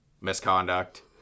misconduct